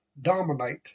dominate